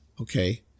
okay